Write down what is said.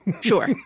Sure